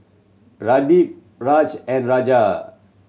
Pradip Raj and Raja